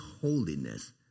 holiness